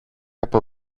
από